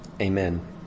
Amen